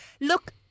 Look